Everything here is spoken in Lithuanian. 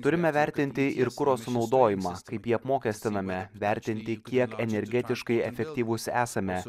turime vertinti ir kuro sunaudojimą kaip jį apmokestiname vertinti kiek energetiškai efektyvūs esame